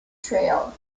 trail